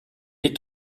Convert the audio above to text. est